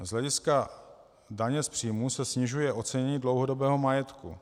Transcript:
Z hlediska daně z příjmů se snižuje ocenění dlouhodobého majetku.